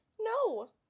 No